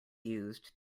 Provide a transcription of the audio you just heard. used